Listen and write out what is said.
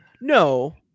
No